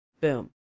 Boom